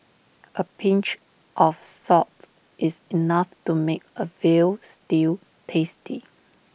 A pinch of salt is enough to make A Veal Stew tasty